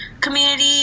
community